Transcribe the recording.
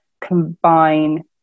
combine